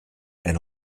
and